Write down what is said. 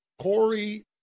Corey